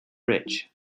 rich